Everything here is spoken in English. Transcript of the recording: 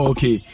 Okay